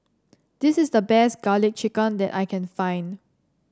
this is the best garlic chicken that I can find